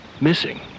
missing